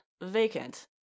vacant